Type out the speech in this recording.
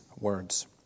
words